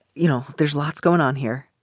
you know, there's lots going on here.